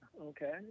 okay